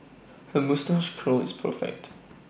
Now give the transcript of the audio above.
her moustache curl is perfect